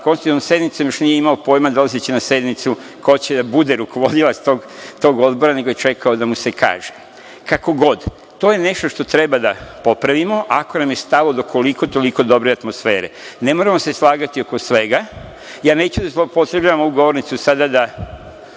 konstitutivnom sednicom više nije imao pojma dolazeći na sednicu ko će da bude rukovodilac tog odbora, nego je čekao da mu se kaže. Kako god, to je nešto što treba da popravimo ako nam je stalo do koliko-toliko dobre atmosfere. Ne moramo se slagati oko svega, ja neću da zloupotrebljavam ovu govornicu sada da